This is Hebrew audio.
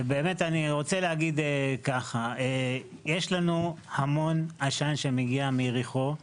יש לנו המון עשן שמגיע מיריחו,